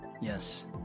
yes